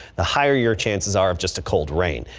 the higher your chances are of just a cold rain.